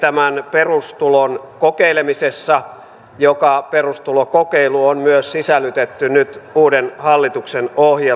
perustulon kokeilemisessa joka perustulokokeilu on myös sisällytetty nyt uuden hallituksen ohjelmaan